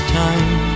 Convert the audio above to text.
time